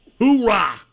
Hoorah